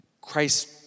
Christ